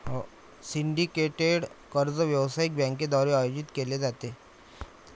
syndicated कर्ज व्यावसायिक बँकांद्वारे आयोजित केले जाते